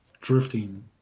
drifting